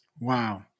wow